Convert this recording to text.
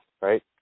right